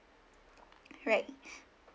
right